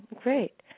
great